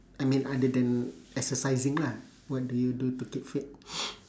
I mean other than exercising lah what do you do to keep fit